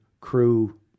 crew